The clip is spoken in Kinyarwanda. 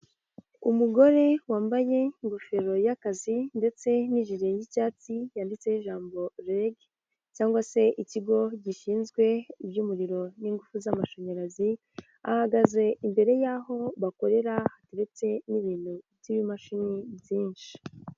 Umugore wambaye ingofero y'akazi ndetse n'ijire y'icyatsi yanditseho ijambo REG cyangwa se ikigo gishinzwe iby'umuriro n'ingufu z'amashanyarazi, ahagaze imbere y'aho bakorera ndetseretse n'ibintu by'ibimashini byinshi.